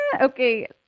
Okay